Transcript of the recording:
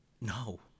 No